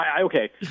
Okay